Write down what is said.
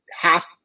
half